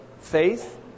faith